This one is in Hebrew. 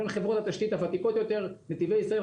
בין חברות התשתית הוותיקות יותר: נתיבי ישראל,